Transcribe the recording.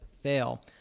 fail